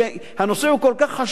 הנושא הוא כל כך חשוב,